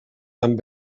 tant